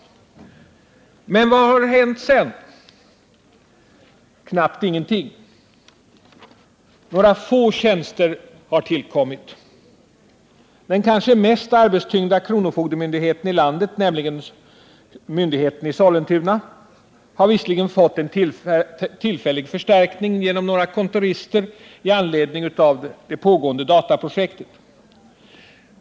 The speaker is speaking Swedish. Vad har hänt sedan dess? Knappt ingenting! Några få tjänster har tillkommit. Den kanske mest arbetstyngda kronofogdemyndigheten i landet, nämligen den i Sollentuna, har visserligen med anledning av det pågående dataprojektet fått en tillfällig förstärkning genom några kontorister.